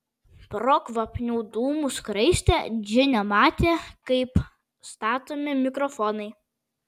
pro kvapnių dūmų skraistę džinė matė kaip statomi mikrofonai